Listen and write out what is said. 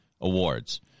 Awards